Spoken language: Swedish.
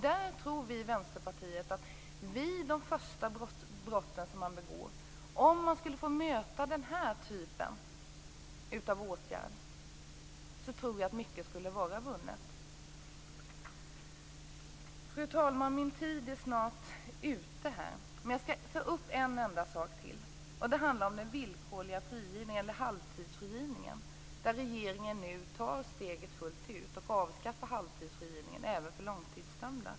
Vi i Vänsterpartiet tror att om man vid de första brotten man begår får möta den här typen av åtgärd skulle mycket vara vunnet. Fru talman! Min tid är snart ute. Jag skall ta upp en enda sak till. Det handlar om halvtidsfrigivning. Regeringen tar nu steget fullt ut och avskaffar halvtidsfrigivning även för långtidsdömda.